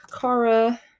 Kara